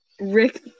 Rick